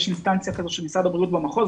יש אינסטנציה כזאת של משרד הבריאות במחוז,